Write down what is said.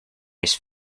his